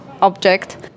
object